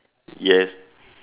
yes